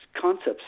concepts